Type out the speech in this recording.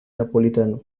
napolitano